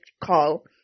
call